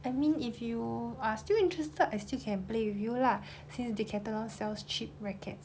I mean if you are still interested I still can play with you lah since decathalon sells cheap rackets